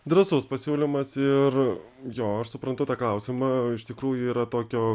drąsus pasiūlymas ir jo aš suprantu tą klausimą iš tikrųjų yra tokio